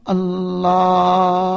Allah